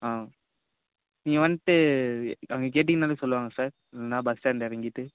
ஆ நீங்கள் வந்துட்டு அங்கே கேட்டீங்கன்னாலே சொல்லுவாங்க சார் இல்லைன்னா பஸ் ஸ்டாண்ட் இறங்கிட்டு